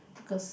because